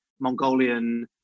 Mongolian